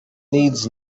needs